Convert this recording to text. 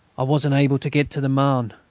i wasn't able to get to the marne.